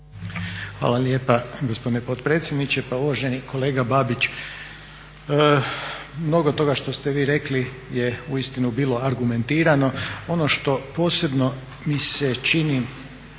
Hvala lijepa gospodine potpredsjedniče. Pa uvaženi kolega Babić, mnogo toga što ste vi rekli je uistinu bilo argumentirano. Ono što posebno mi se čini